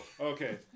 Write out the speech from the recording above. Okay